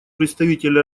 представитель